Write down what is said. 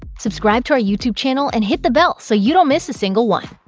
subscribe to our youtube channel and hit the bell so you don't miss a single one.